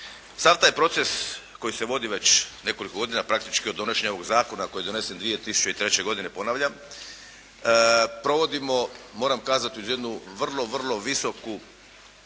Sav taj proces koji se vodi već nekoliko godina, praktički od donošenja ovog zakona koji je donesen 2003. godine, ponavljam, provodimo moram kazati uz jednu vrlo visok